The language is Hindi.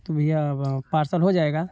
तो भैया अब पार्सल हो जाएगा